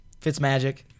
Fitzmagic